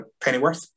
Pennyworth